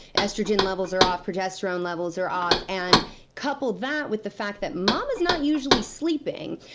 estrogen levels are off. progesterone levels are off. and couple that with the fact that mama's not usually sleeping.